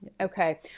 Okay